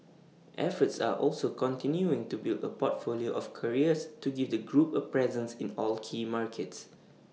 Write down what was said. efforts are also continuing to build A portfolio of carriers to give the group A presence in all key markets